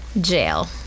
Jail